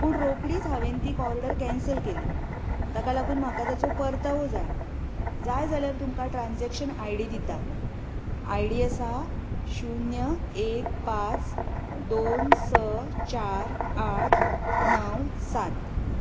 पूण रोखडीच हांवेन ती ऑर्डर कॅन्सल केल्ली ताका लागून माका तेचो पर्तावो जाय जाय जाल्यार तुमकां ट्रान्झॅक्शन आयडी दितां आयडी आसा शुन्य एक पांच दोन स चार आठ णव सात